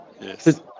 yes